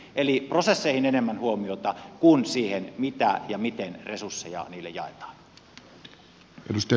eli prosesseihin enemmän huomiota kuin siihen mitä ja miten resursseja niille jaetaan